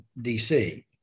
DC